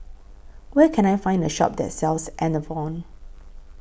Where Can I Find A Shop that sells Enervon